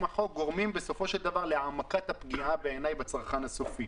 החוק גורמים להעמקת הפגיעה בצרכן הסופי.